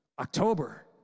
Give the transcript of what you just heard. October